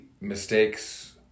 mistakes